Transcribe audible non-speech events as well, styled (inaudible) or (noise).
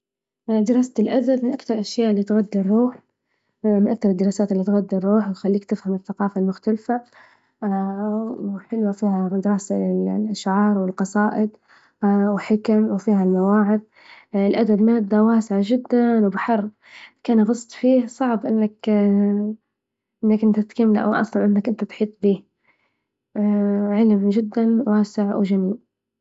دراسة الأدب من أكثرالأشياء اللي تغذي الروح، من أكثر الدراسات اللي تغذي الروح ويخليك تفهم الثقافة المختلفة (hesitation) وحلوة فها (unintelligible) للأشعار والقصائد (unintelligible) وحكم وفيها المواعظ ، الأدب مادة واسعة جدااا وبحر كانا غصت فيه إنك (unintelligible) إنك (unintelligible) إنت تكمل فية أو إنك أنت تحيط بية (unintelligible) يعجبني جدا واسع وجميل.